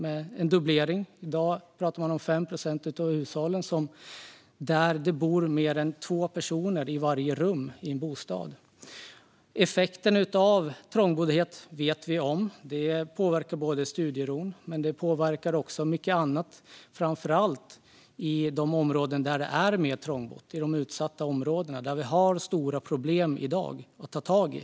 I dag pratar man om att det i 5 procent av hushållen bor fler än två personer i varje rum i bostaden. Effekten av trångboddhet känner vi till. Det påverkar studieron men också mycket annat, framför allt i de områden där det är mer trångbott - i de utsatta områdena, där vi i dag har stora problem att ta tag i.